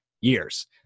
years